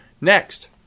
Next